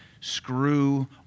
screw